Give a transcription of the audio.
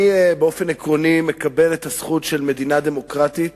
באופן עקרוני אני מקבל את הזכות של מדינה דמוקרטית